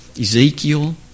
Ezekiel